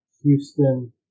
Houston